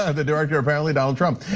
ah the director, apparently, donald trump.